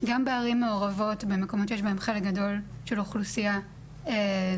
גם בערים מעורבות במקומות שיש בהם חלק גדול של אוכלוסייה זרה,